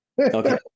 Okay